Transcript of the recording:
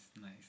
nice